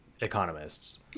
economists